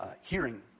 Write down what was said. hearing